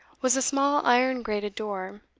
was a small iron-grated door,